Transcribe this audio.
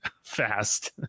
fast